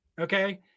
okay